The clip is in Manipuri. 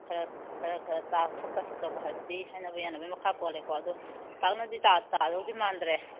ꯈꯔ ꯈꯔ ꯇꯥꯊꯣꯛ ꯇꯥꯁꯤꯟ ꯇꯧꯕ ꯍꯥꯏꯕꯁꯤ ꯍꯥꯏꯅꯕ ꯌꯥꯅꯕꯒꯤ ꯃꯈꯥ ꯄꯣꯜꯂꯦꯀꯣ ꯑꯗꯨ ꯄꯥꯛꯅꯗꯤ ꯇꯥꯒꯗꯧꯗꯤ ꯃꯥꯟꯗ꯭ꯔꯦ